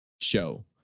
show